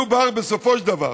מדובר בסופו של דבר